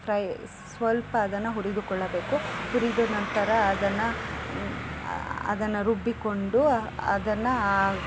fry ಸ್ವಲ್ಪ ಅದನ್ನು ಹುರಿದುಕೊಳ್ಳಬೇಕು ಹುರಿದು ನಂತರ ಅದನ್ನು ಅದನ್ನು ರುಬ್ಬಿಕೊಂಡು ಅದನ್ನ